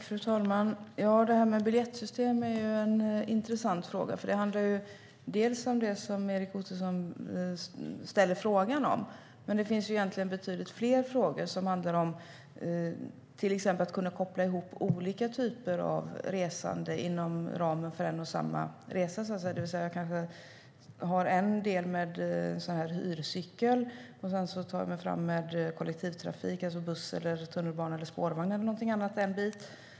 Fru talman! Det här med biljettsystem är en intressant fråga. Det handlar bland annat om det Erik Ottoson frågar om, men det finns egentligen betydligt fler frågor. Det handlar till exempel om att kunna koppla ihop olika typer av resande inom ramen för en och samma resa. Jag kanske reser en del av vägen med hyrcykel, och sedan tar jag mig fram en bit med kollektivtrafik i form av buss, tunnelbana, spårvagn eller någonting annat.